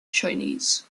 chinese